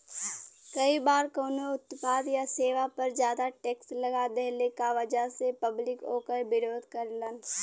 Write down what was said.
कई बार कउनो उत्पाद या सेवा पर जादा टैक्स लगा देहले क वजह से पब्लिक वोकर विरोध करलन